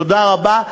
תודה רבה.